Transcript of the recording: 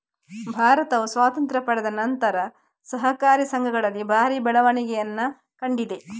ಭಾರತವು ಸ್ವಾತಂತ್ರ್ಯ ಪಡೆದ ನಂತರ ಸಹಕಾರಿ ಸಂಘಗಳಲ್ಲಿ ಭಾರಿ ಬೆಳವಣಿಗೆಯನ್ನ ಕಂಡಿದೆ